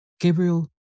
Gabriel